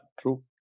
true